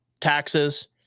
taxes